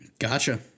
Gotcha